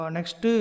Next